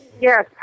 Yes